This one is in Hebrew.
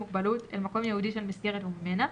מוגבלות אל מקום ייעודי של מסגרת וממנה,